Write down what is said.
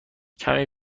کمی